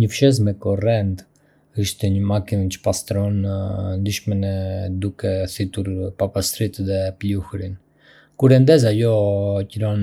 Një fshesë me korrent është një makinë që pastron dyshemenë duke thithur papastërtitë dhe pluhurin. Kur e ndez, ajo krijon